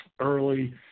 early